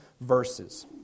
verses